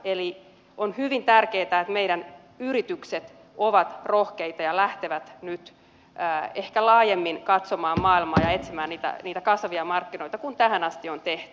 eli on hyvin tärkeätä että meidän yritykset ovat rohkeita ja lähtevät nyt ehkä laajemmin katsomaan maailmaa ja etsimään niitä kasvavia markkinoita kuin tähän asti on tehty